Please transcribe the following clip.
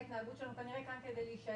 ההתנהגות שלנו הם כנראה כאן כדי להישאר,